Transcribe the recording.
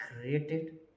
created